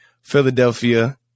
Philadelphia